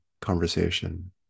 conversation